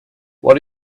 what